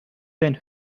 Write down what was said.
bent